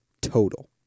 Total